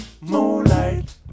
moonlight